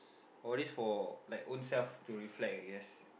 all this for like ownself to reflect I guess